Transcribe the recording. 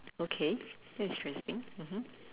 okay that's a strange thing mmhmm